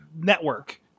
network